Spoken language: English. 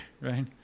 right